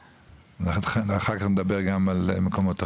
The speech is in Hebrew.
ואחר כך נדבר גם על מקומות אחרים.